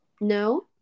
No